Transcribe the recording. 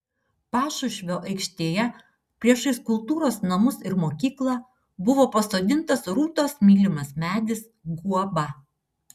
pašušvio aikštėje priešais kultūros namus ir mokyklą buvo pasodintas rūtos mylimas medis guoba